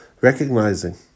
recognizing